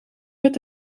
met